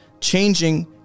changing